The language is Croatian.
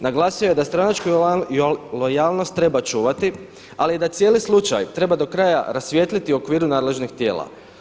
Naglasio je da stranačku lojalnost treba čuvati ali i da cijeli slučaj treba do kraja rasvijetliti u okviru nadležnih tijela.